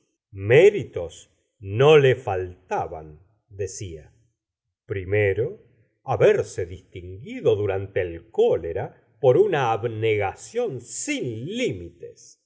méritos no le faltaban decía primero haberse distinguido durante el cólera por una abnegación sin limites